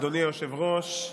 אדוני היושב-ראש.